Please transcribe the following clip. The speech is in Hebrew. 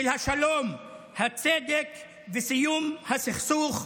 של השלום, הצדק וסיום הסכסוך.